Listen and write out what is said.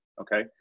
okay